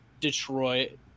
Detroit